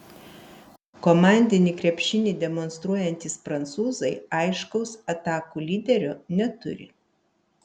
komandinį krepšinį demonstruojantys prancūzai aiškaus atakų lyderio neturi